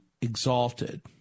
exalted